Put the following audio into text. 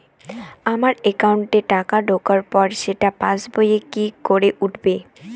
আমার একাউন্টে টাকা ঢোকার পর সেটা পাসবইয়ে কি করে উঠবে?